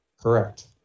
correct